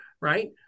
Right